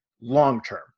long-term